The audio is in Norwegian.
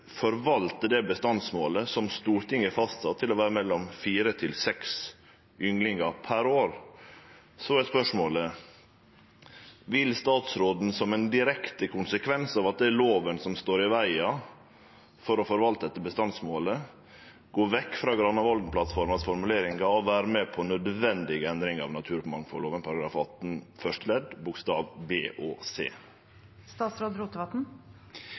forvalte det bestandsmålet som Stortinget har fastsett til å vere fire–seks ynglingar per år, er spørsmålet: Vil statsråden, som ein direkte konsekvens av at det er lova som står i vegen for å forvalte etter bestandsmålet, gå vekk frå Granavolden-plattformens formuleringar og vere med på nødvendige endringar i naturmangfaldlova § 18 første ledd bokstav b